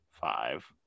Five